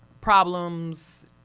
problems